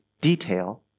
detail